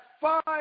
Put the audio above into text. five